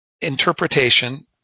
interpretation